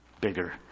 bigger